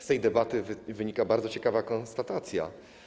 Z tej debaty wynika bardzo ciekawa konstatacja.